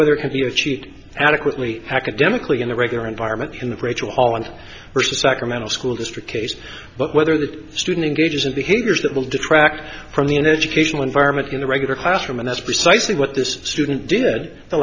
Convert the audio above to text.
whether it can be achieved adequately academically in the regular environment in the rachel holland versus sacramento school district case but whether the student engages in behaviors that will detract from the an educational environment in the regular classroom and that's precisely what this student did the